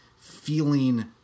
feeling